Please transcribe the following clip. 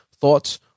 thoughts